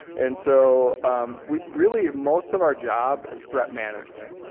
and so really most of our job is threat management.